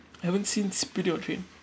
I haven't seen spitting on train